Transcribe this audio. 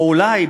או אולי,